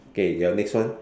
K your next one